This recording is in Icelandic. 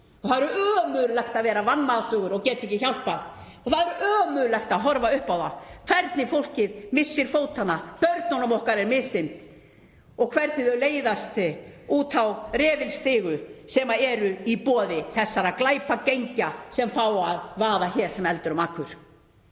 Og það er ömurlegt að vera vanmáttugur og geta ekki hjálpað. Það er ömurlegt að horfa upp á það hvernig fólkið missir fótanna, börnunum okkar er misþyrmt og hvernig þau leiðast út á refilstigu í boði þessara glæpagengja sem fá að vaða hér sem eldur um akur.